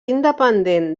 independent